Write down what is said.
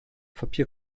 papier